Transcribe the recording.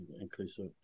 inclusive